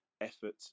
effort